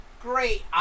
Great